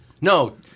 No